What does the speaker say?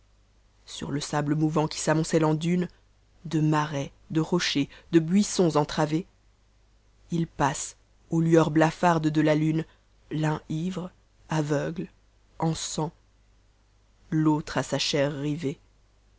sur le t'abie mouvant qui s'amonccme en dune de marais de rochers de buissons entravé ils passent aux lueurs blafardes de la lune l'un vrc avpuk e en san l'autre à sa chair rive